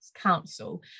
Council